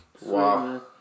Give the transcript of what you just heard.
Wow